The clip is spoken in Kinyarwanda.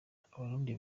abarundi